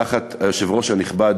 תחת היושב-ראש הנכבד,